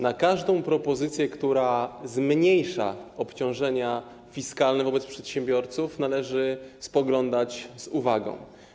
Na każdą propozycję, która zmniejsza obciążenia fiskalne wobec przedsiębiorców, należy spoglądać z uwagą.